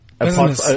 Apart